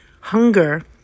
hunger